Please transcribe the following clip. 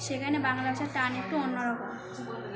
সেখানে বাংলা ভাষার টান একটু অন্যরকম